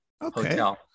hotel